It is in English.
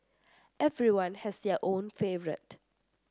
everyone has their own favourite